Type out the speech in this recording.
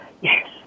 Yes